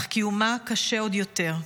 אך קיומה קשה עוד יותר.